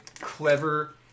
clever